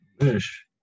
Fish